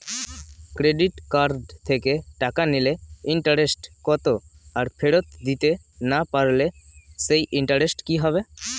Credit card থেকে টাকা নিলে ইন্টারেস্ট কত আর ফেরত দিতে না পারলে সেই ইন্টারেস্ট কি হবে?